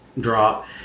drop